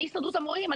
ואני הסתדרות המורים,